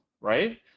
right